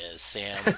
Sam